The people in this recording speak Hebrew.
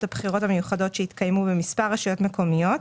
הבחירות המיוחדות שהתקיימו במספר רשויות מקומיות,